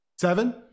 Seven